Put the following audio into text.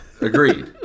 Agreed